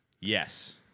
Yes